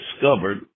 discovered